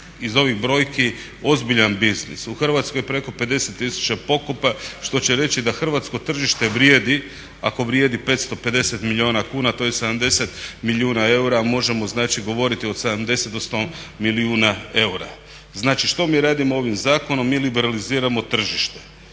iz ovih brojki ozbiljan biznis. U Hrvatskoj preko 50 tisuća pokopa što će reći da hrvatsko tržište vrijedi, ako vrijedi 550 milijuna kuna, to je 70 milijuna eura, možemo znači govoriti od 70 do 100 milijuna eura. Znači što mi radimo ovim zakonom? Mi liberaliziramo tržište.